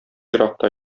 еракта